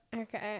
Okay